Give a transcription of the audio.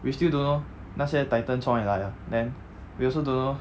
we still don't know 那些 titan 从哪里来的 then we also don't know